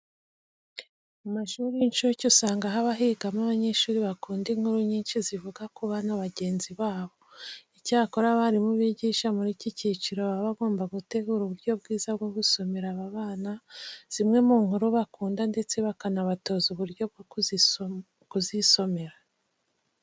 Mu mashuri y'incuke usanga haba higamo abanyeshuri bakunda inkuru nyinshi zivuga ku bana bagenzi babo. Icyakora abarimu bigisha muri iki cyiciro baba bagomba gutegura uburyo bwiza bwo gusomera aba bana zimwe mu nkuru bakunda ndetse bakanabatoza uburyo bwo kuzisomera.